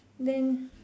then